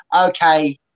okay